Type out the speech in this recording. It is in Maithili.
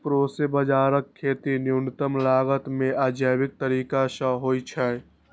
प्रोसो बाजाराक खेती न्यूनतम लागत मे आ जैविक तरीका सं होइ छै